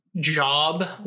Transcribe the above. job